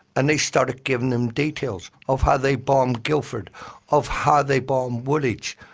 and they started giving them details of how they bombed guildford of how they bombed woolwich,